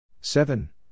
Seven